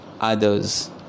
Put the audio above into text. others